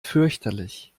fürchterlich